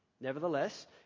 Nevertheless